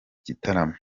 gitaramo